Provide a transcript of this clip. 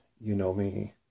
you-know-me